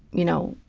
you know,